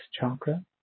chakra